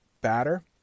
batter